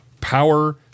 power